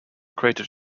created